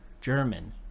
German